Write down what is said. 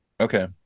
Okay